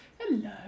Hello